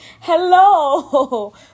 Hello